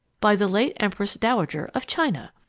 by the late empress dowager of china.